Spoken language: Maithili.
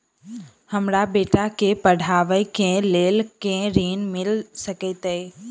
हमरा बेटा केँ पढ़ाबै केँ लेल केँ ऋण मिल सकैत अई?